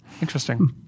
Interesting